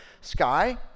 sky